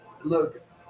Look